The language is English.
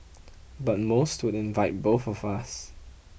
but most would invite both of us